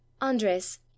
andres